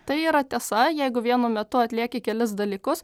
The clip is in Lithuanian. tai yra tiesa jeigu vienu metu atlieki kelis dalykus